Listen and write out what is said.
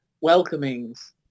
welcomings